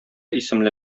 исемле